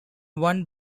one